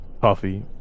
Coffee